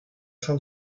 fin